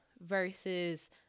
versus